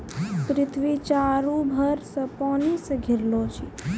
पृथ्वी चारु भर से पानी से घिरलो छै